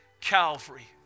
Calvary